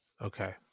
Okay